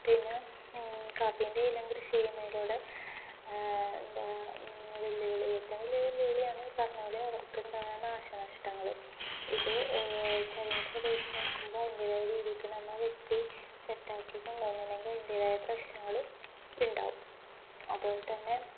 പിന്നെ കാപ്പീൻ്റെയിലം കൃഷി ചെയ്യുന്നതിലൂടെ എന്താ വെല്ലുവിളി ഏറ്റവും വല്യ വെല്ലുവിളിയാണ് ഈ പറഞ്ഞ പോലെ അവർക്ക്ുണ്ടാവുന്ന നാശനഷ്ടങ്ങള് ഇത് ശരന പ്രദേശത്ത് നിക്കുമ്പോ അതിൻ്റേതായ രീതിക്ക് നമ്മ വെട്ടി സെറ്റാക്കി കൊണ്ട്ോന്നില്ലെങ്കി അയിതിൻ്റെേതായ പ്രശ്നങ്ങള് ഇണ്ടാവും അതുപോലെ തന്നെ